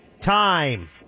Time